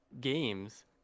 games